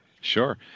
Sure